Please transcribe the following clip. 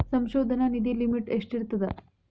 ಸಂಶೋಧನಾ ನಿಧಿ ಲಿಮಿಟ್ ಎಷ್ಟಿರ್ಥದ